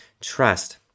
trust